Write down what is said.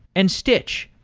and stitch.